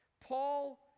Paul